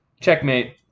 Checkmate